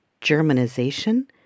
Germanization